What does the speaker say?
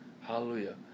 Hallelujah